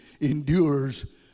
endures